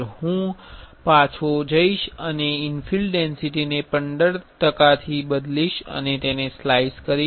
હું પાછો જઈશ અને ઇન્ફિલ ડેન્સિટીને 15 ટકા થી બદલીશ અને તેને સ્લાઇસ કરીશ